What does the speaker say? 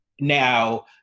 now